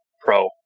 pro